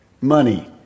money